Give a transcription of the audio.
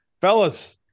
fellas